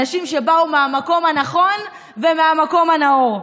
אנשים שבאו מהמקום הנכון ומהמקום הנאור.